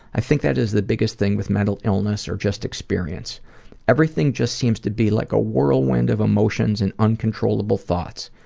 i think that is the biggest thing with mental illness or just experience everything just seems to be like a whirlwind of emotions and uncontrollable thoughts.